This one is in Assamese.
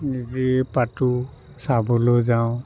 নিজেই পাতোঁ চাবলৈ যাওঁ